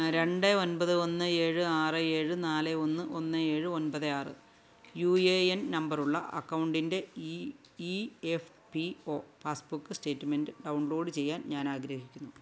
രണ്ട് ഒമ്പത് ഒന്ന് ഏഴ് ആറ് ഏഴ് നാല് ഒന്ന് ഒന്ന് ഏഴ് ഒമ്പത് ആറ് യു എ എൻ നമ്പറുള്ള അക്കൗണ്ടിൻറ്റെ ഈ E F P O passbook statement download ചെയ്യാൻ ഞാനാഗ്രഹിക്കുന്നു